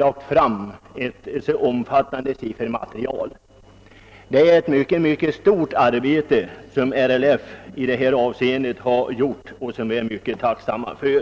fått fram ett omfattande siffermaterial, vilket lagts fram för finansministern. RLF har uträttat ett mycket stort arbete i detta avseende, något som jag är mycket tacksam för.